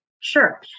Sure